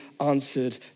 answered